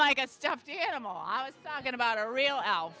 like a stuffed animal i was talking about a real